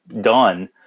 done